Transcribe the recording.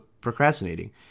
procrastinating